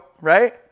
right